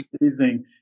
amazing